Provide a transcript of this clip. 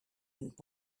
and